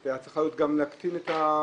הייתה צריכה להקטין גם את הקנס,